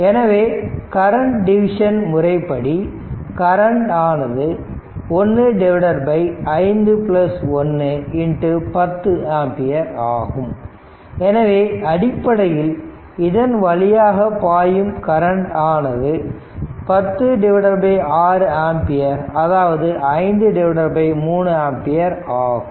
எனவே current division முறைப்படி current ஆனது 1 51 10 ஆம்பியர் ஆகும் எனவே அடிப்படையில் இதன் வழியாக பாயும் கரண்ட் ஆனது 106 ஆம்பியர் அதாவது 53 ஆம்பியர் ஆகும்